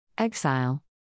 Exile